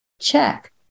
Check